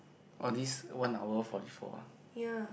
all these one hour forty four